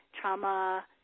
trauma